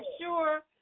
sure